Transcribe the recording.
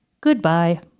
Goodbye